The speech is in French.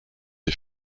des